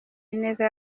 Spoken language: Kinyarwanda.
ineza